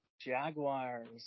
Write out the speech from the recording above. Jaguars